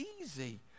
easy